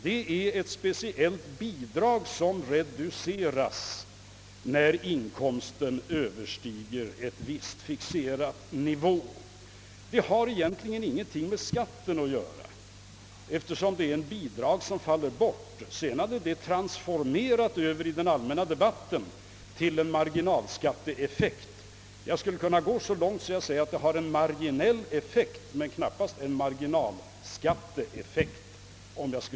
Det blir ett specificerat bidrag som reduceras när inkomsten överstiger en viss fixerad nivå. Detta har egentligen ingenting med skatten att göra, eftersom det är ett bidrag som faller bort. Sedan är det transformerat över i den allmänna debatten till en marginalskatteeffekt. Om jag skall vara helt korrekt kan jag säga att det har en marginell effekt men knappast en marginalskatteeffekt.